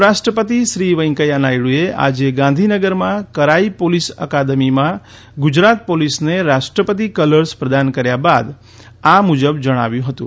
ઉપરાષ્ટ્રપતિ શ્રી વૈકૈયા નાયડુએ આજે ગાંધીનગરમાં કરાઇ પોલીસ અકાદમીમાં ગુજરાત પોલીસને રાષ્ટ્રપતિ કલર્સ પ્રદાન કર્યા બાદ આ મુજબ જણાવ્યું હતું